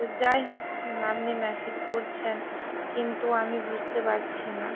তো যাই হোক আপনি ম্যাসেজ করছেন কিন্তু আমি বুঝতে পাচ্ছি না